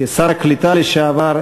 כשר הקליטה לשעבר,